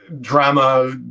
drama